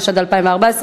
התשע"ד 2014,